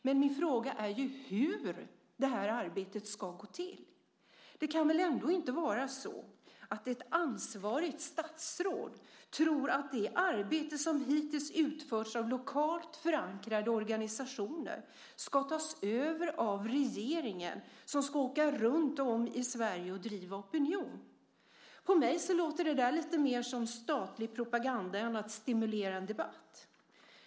Men min fråga är hur arbetet ska gå till. Det kan väl ändå inte vara så att ett ansvarigt statsråd tror att det arbete som hittills utförts av lokalt förankrade organisationer ska tas över av regeringen som ska åka runtom i Sverige och driva opinion. För mig låter det lite mer som statlig propaganda än att stimulera en debatt.